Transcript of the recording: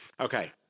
Okay